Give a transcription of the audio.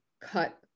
cut